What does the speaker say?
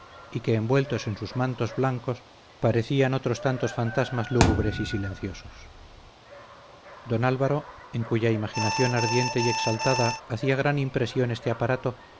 y que envueltos en sus mantos blancos parecían otros tantos fantasmas lúgubres y silenciosos don álvaro en cuya imaginación ardiente y exaltada hacía gran impresión este aparato